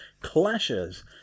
clashes